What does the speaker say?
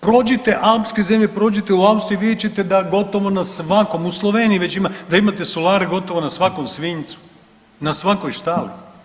Prođite alpske zemlje, prođite u Austriji vidjet ćete da gotovo na svakom, u Sloveniji već ima, da imate solare gotovo na svakom svinjcu, na svakoj štali.